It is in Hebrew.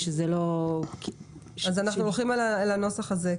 אנחנו הולכים על הנוסח הזה.